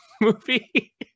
movie